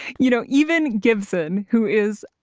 you know even gibson who is,